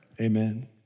amen